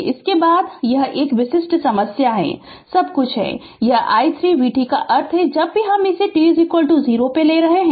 तो इसके बाद यह एक विशिष्ट समस्या है सब कुछ है और यह i 3 vt का अर्थ है जब भी हम इसे t 0 पर ले रहे हैं